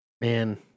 Man